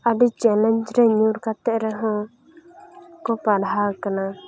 ᱟᱹᱰᱤ ᱪᱮᱞᱮᱧᱡᱽᱨᱮ ᱧᱩᱨ ᱠᱟᱛᱮ ᱨᱮᱦᱚᱸ ᱠᱚ ᱯᱟᱲᱦᱟᱣ ᱠᱟᱱᱟ